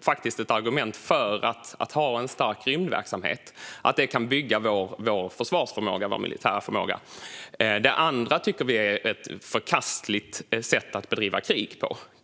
faktiskt, ett argument för att ha en stark rymdverksamhet. Det kan bygga vår försvarsförmåga och vår militära förmåga. Det andra tycker vi är ett förkastligt sätt att bedriva krig på.